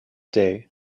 day